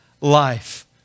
life